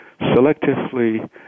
selectively